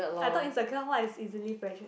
I thought insecure what is easily pressured